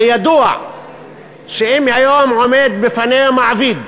הרי ידוע שאם היום עומדים בפני המעביד